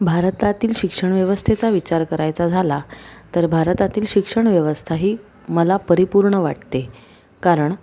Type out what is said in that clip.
भारतातील शिक्षण व्यवस्थेचा विचार करायचा झाला तर भारतातील शिक्षण व्यवस्था ही मला परिपूर्ण वाटते कारण